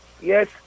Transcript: Yes